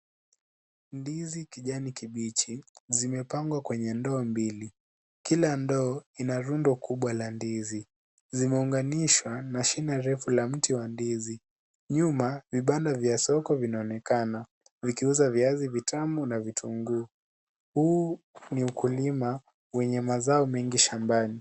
Ndizi kijani kibichi zimepangwa kwenye ndoo mbili. Kila ndoo ina rundo kubwa la ndizi. Zimeunganishwa na shina refu la mti wa ndizi. Nyuma vibanda vya soko vinaonekana vikiuza viazi vitamu na vitunguu. Huu ni ukulima wenye mazao mengi shambani.